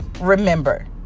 remember